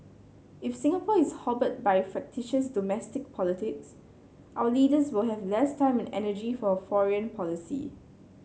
if Singapore is hobbled by fractious domestic politics our leaders will have less time energy for foreign policy